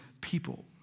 people